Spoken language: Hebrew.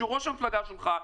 שראש המפלגה שלך,